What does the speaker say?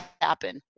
happen